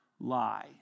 lie